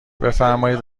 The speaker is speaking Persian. بفرمایید